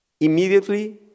Immediately